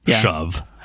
shove